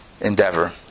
endeavor